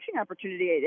opportunity